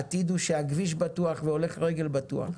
העתיד הוא שהכביש בטוח והולך הרגל בטוח,